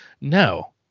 No